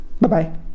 Bye-bye